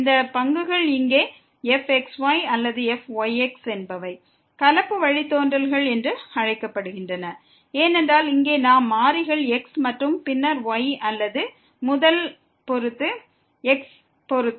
இந்த பங்குகள் இங்கே fxy அல்லது fyx என்பவை கலப்பு வழித்தோன்றல்கள் என்று அழைக்கப்படுகின்றன ஏனென்றால் இங்கே நாம் x மற்றும் y ஆகிய இரு மாறிகளையும் பயன்படுத்தினோம் முதலில் xஐ பொறுத்து பின்னர் y ஐ பொறுத்து அல்லது முதலில் y ஐ பொறுத்து பின்னர் x ஐ பொறுத்து